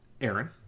Aaron